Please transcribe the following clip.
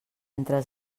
entre